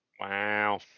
Wow